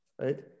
right